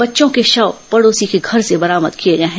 बच्चों के शव पड़ोसी के घर से बरामद किए गए हैं